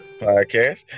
podcast